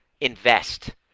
invest